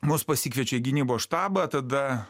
mus pasikviečia į gynybos štabą tada